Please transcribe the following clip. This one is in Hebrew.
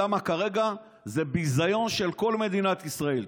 כי כרגע זה ביזיון של כל מדינת ישראל.